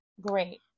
Great